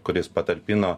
kuris patalpino